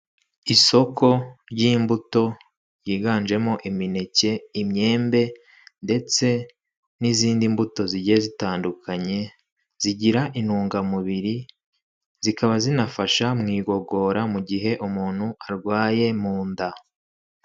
Isoko ry'imbuto ryiganjemo imineke, imyembe ndetse n'izindi mbuto zigiye zitandukanye, zigira intungamubiri zikaba zinafasha mu igogora mu gihe umuntu arwaye mu nda.